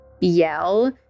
yell